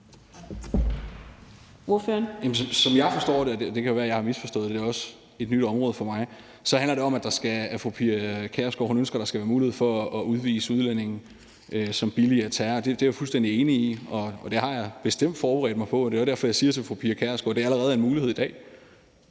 Som jeg forstår det – det kan være, jeg har misforstået det, det er også et nyt område for mig – handler det om, at fru Pia Kjærsgaard ønsker, at der skal være mulighed for at udvise udlændinge, som billiger terror. Det er jeg fuldstændig enig i, og det har jeg bestemt forberedt mig på. Det er derfor, jeg siger til fru Pia Kjærsgaard, at det allerede er en mulighed i dag.